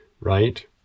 right